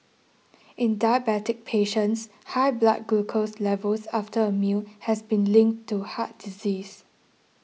in diabetic patients high blood glucose levels after a meal has been linked to heart disease